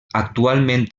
actualment